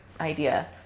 idea